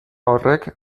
horrek